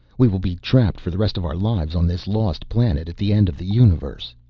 we will be trapped for the rest of our lives on this lost planet at the end of the universe.